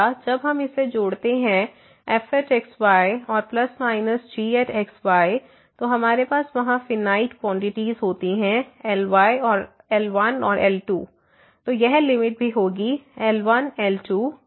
दोबारा जब हम इसे जोड़ते हैं fx y और ± gx y तो हमारे पास वहां फिनाइट क्वांटिटीस होती हैं L1 और L2 तो यह लिमिट भी होगी L1 L2